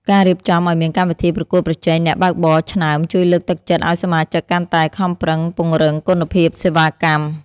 ការរៀបចំឱ្យមានកម្មវិធីប្រកួតប្រជែងអ្នកបើកបរឆ្នើមជួយលើកទឹកចិត្តឱ្យសមាជិកកាន់តែខំប្រឹងពង្រឹងគុណភាពសេវាកម្ម។